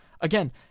Again